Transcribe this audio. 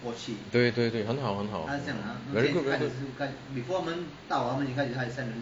对对对很好很好 very good very good